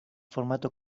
formato